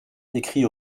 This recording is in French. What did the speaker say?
écrit